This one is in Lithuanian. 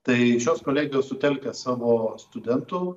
tai šios kolegijos sutelkia savo studentų